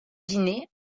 dîner